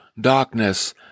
darkness